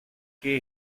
que